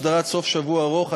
הסדרת סוף שבוע ארוך),